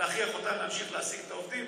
ולהכריח אותם להמשיך להעסיק את העובדים.